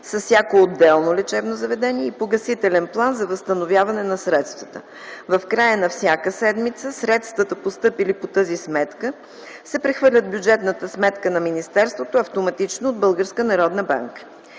с всяко отделно лечебно заведение и погасителен план за възстановяване на средствата. В края на всяка седмица средствата, постъпили по тази сметка, се прехвърлят в бюджетната сметка на министерството автоматично от